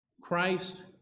Christ